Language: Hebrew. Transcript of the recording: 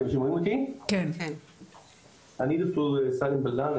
אני דוקטור סאלם בלאן,